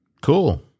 Cool